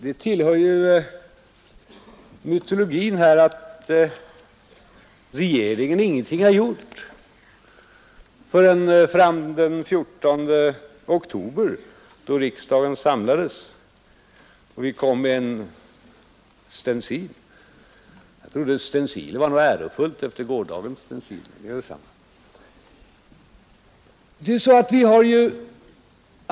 Det tillhör mytologin här att regeringen ingenting har gjort förrän den 14 oktober, då riksdagen samlades och vi kom med en stencil; jag trodde stenciler var något ärofullt efter gårdagens stencil, men det gör detsamma.